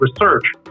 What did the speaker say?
research